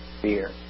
fear